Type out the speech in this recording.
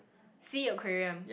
Sea Aquarium